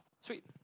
Sweet